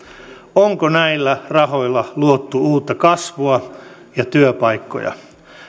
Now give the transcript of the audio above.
onko näillä rahoilla luotu uutta kasvua ja työpaikkoja